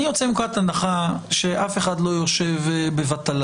אני יוצא מנקודת הנחה שאף אחד לא יושב בבטלה.